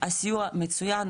הסיוע מצוין,